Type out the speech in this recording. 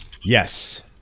Yes